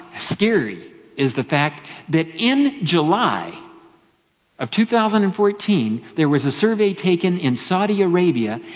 scary is the fact that in july of two thousand and fourteen there was a survey taken in saudi arabia,